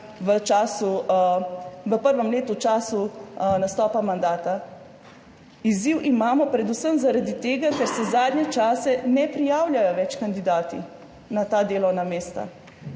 v prvem letu v času nastopa mandata, izziv imamo predvsem zaradi tega, ker se zadnje čase kandidati ne prijavljajo več na ta delovna mesta,